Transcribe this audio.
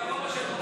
גברתי השרה,